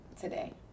today